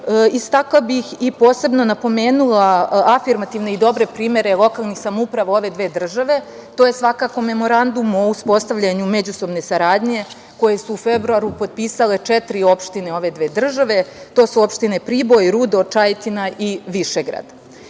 istakla bih i posebno napomenula afirmativne i dobre primere lokalnih samouprava ove dve države. To je svakako Memorandum o uspostavljanju međusobne saradnje koje su u februaru potpisale četiri opštine ove dve države. To su opštine Priboj, Rudo, Čajetina i Višegrad. Takođe,